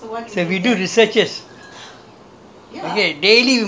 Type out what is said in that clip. you that is R&D okay research and development okay